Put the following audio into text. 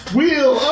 Wheel